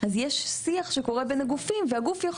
אז יש שיח שקורה בין הגופים והגוף יכול